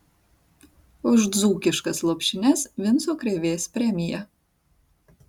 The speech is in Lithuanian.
už dzūkiškas lopšines vinco krėvės premija